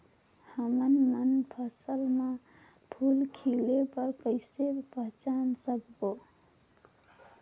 हमन मन फसल म फूल खिले बर किसे पहचान करबो?